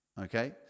Okay